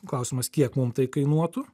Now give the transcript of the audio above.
klausimas kiek mum tai kainuotų